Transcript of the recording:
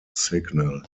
signal